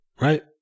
right